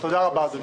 תודה רבה אדוני.